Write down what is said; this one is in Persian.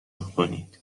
کنید